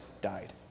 died